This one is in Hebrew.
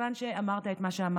מכיוון שאמרת את מה שאמרת,